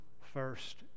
first